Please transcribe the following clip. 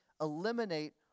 eliminate